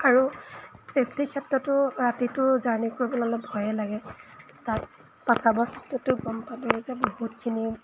আৰু ছেফটিৰ ক্ষেত্ৰতো ৰাতিটো জাৰ্ণি কৰিবলৈ অলপ ভয়েই লাগে তাত প্ৰস্ৰাৱৰ ক্ষেত্ৰতো গম পালোঁৱেই যে বহুতখিনি